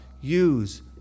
use